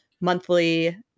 monthly